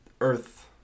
Earth